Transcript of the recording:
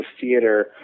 theater